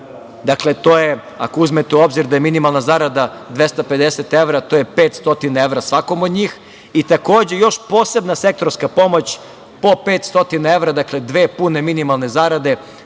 to je ako uzmete u obzir da je minimalna zarada 250 evra, to je 500 evra svakom od njih i takođe još posebna sektorska pomoć po 500 evra, dakle dve pune minimalne zarade